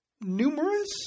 numerous